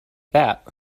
that